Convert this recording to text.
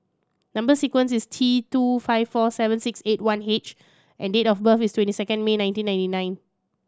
number sequence is T two five four seven six eight one H and date of birth is twenty second May nineteen ninety nine